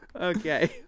Okay